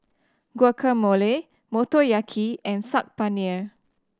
Guacamole Motoyaki and Saag Paneer